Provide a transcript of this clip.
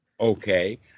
Okay